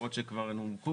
למרות שהן כבר נומקו,